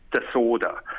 disorder